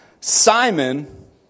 Simon